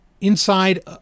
inside